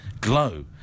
glow